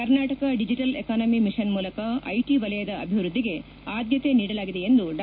Karnataka digital economy mission ಮೂಲಕ IT ವಲಯದ ಅಭಿವೃದ್ದಿಗೆ ಆದ್ಯತೆ ನೀಡಲಾಗಿದೆ ಎಂದು ಡಾ